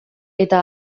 eta